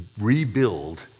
rebuild